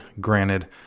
Granted